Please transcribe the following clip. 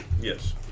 Yes